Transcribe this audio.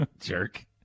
jerk